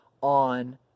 on